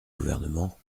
gouvernement